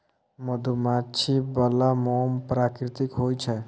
मधुमाछी बला मोम प्राकृतिक होए छै